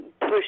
push